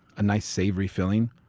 a nice savory filling,